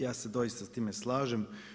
Ja se doista s time slažem.